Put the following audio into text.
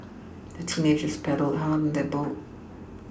the teenagers paddled hard on their boat